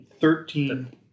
Thirteen